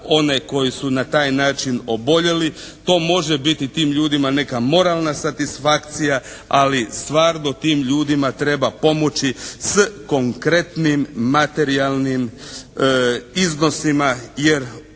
To može biti tim ljudima neka moralna satisfakcija ali stvarno tim ljudima treba pomoći s konkretnim materijalnim iznosima jer ponekad